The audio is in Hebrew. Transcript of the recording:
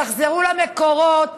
תחזרו למקורות.